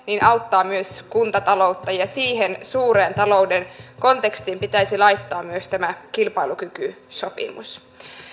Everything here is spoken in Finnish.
auttaa myös kuntataloutta ja siihen suureen talouden kontekstiin pitäisi laittaa myös tämä kilpailukykysopimus